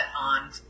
on